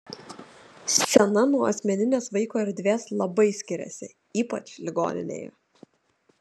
scena nuo asmeninės vaiko erdvės labai skiriasi ypač ligoninėje